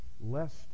Lest